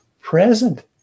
present